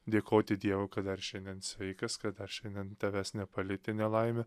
dėkoti dievui kad dar šiandien sveikas kad dar šiandien tavęs nepalietė nelaimė